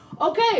Okay